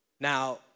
Now